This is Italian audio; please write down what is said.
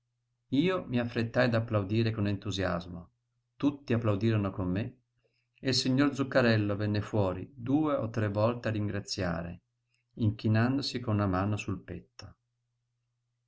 io mi affrettai ad applaudire con entusiasmo tutti applaudirono con me e il signor zuccarello venne fuori due o tre volte a ringraziare inchinandosi con una mano sul petto